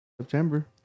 September